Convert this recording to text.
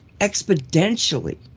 exponentially